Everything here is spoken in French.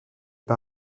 pas